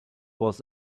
was